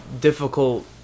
difficult